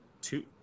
two